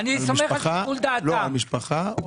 על משפחה.